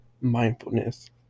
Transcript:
mindfulness